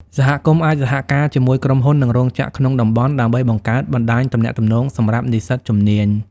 សហគមន៍អាចសហការជាមួយក្រុមហ៊ុន និងរោងចក្រក្នុងតំបន់ ដើម្បីបង្កើតបណ្តាញទំនាក់ទំនងសម្រាប់និស្សិតជំនាញ។